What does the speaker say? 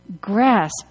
grasp